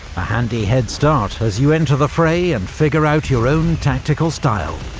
a handy head-start as you enter the fray and figure out your own tactical style